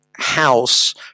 house